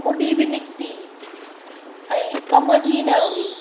मुॾी बि निकिती ऐं कमु जी न हुई